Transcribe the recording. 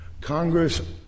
Congress